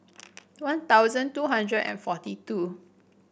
One Thousand two hundred and forty two